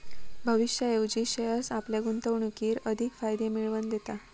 भविष्याऐवजी शेअर्स आपल्या गुंतवणुकीर अधिक फायदे मिळवन दिता